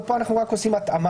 ופה אנחנו רק עושים התאמה.